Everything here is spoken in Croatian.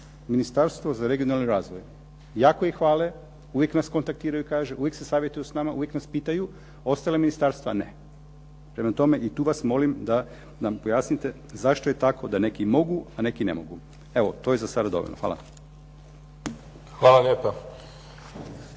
Ministarstvo za regionalni razvoj. Jako ih hvale. Uvijek nas kontaktiraju i kažu, uvijek se savjetuju s nama, uvijek nas pitaju. Ostala ministarstva ne. Prema tome, i tu vas molim da nam pojasnite zašto je tako da neki mogu, a neki ne mogu? Evo to je za sada dovoljno. Hvala. **Mimica,